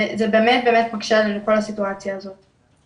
וזה באמת מקשה עלינו כל הסיטואציה הזאת.